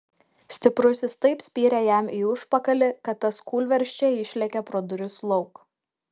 stiprusis taip spyrė jam į užpakalį kad tas kūlversčia išlėkė pro duris lauk